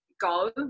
go